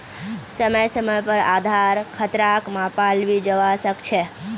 समय समय पर आधार खतराक मापाल भी जवा सक छे